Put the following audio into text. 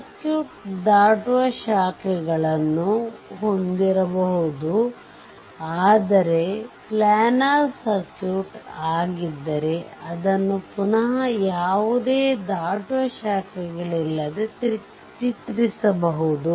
circuit ದಾಟುವ ಶಾಖೆಗಳನ್ನು ಹೊಂದಿರಬಹುದು ಆದರೆ ಪ್ಲ್ಯಾನರ್ ಸರ್ಕ್ಯೂಟ್ ಆಗಿದ್ದರೆ ಅದನ್ನು ಪುನಃ ಯಾವುದೇ ದಾಟುವ ಶಾಖೆಗಳಿಲ್ಲದೆ ಚಿತ್ರಿಸಬಹುದು